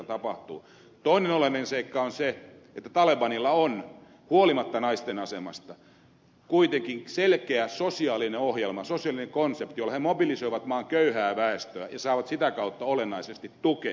toinen olennainen seikka on se että talebanilla on huolimatta naisten asemasta kuitenkin selkeä sosiaalinen ohjelma sosiaalinen konsepti jolla he mobilisoivat maan köyhää väestöä ja saavat sitä kautta olennaisesti tukea